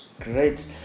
Great